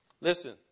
Listen